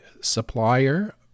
supplier